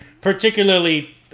particularly